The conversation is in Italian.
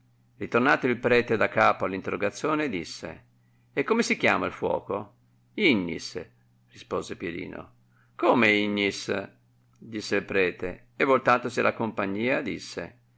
ritornato il prete da capo all interrogazione disse e come si chiama il fuoco ignis rispose pirino come ignis disse il prete e voltatosi alla compagnia disse